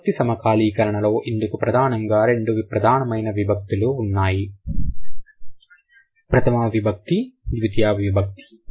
విభక్తి సమకాలీకరణ లో ఇందులో ప్రధానంగా రెండు ప్రధానమైన విభక్తులు ఉన్నాయి ప్రథమ విభక్తి ద్వితీయా విభక్తి